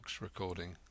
recording